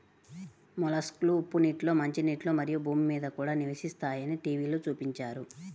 మొలస్క్లు ఉప్పు నీటిలో, మంచినీటిలో, మరియు భూమి మీద కూడా నివసిస్తాయని టీవిలో చూపించారు